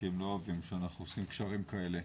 כי הם לא אוהבים שאנחנו עושים קשרים כאלה.